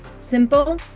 simple